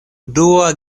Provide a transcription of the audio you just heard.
dua